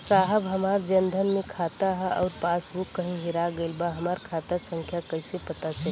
साहब हमार जन धन मे खाता ह अउर पास बुक कहीं हेरा गईल बा हमार खाता संख्या कईसे पता चली?